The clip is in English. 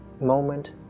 moment